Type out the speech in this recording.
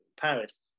Paris